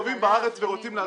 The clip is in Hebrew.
ותתקנו אותי,